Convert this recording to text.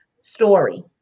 story